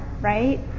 right